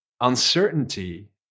Uncertainty